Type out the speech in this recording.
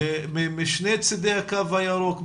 משני צידי הקו הירוק?